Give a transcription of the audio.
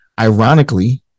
Ironically